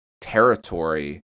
territory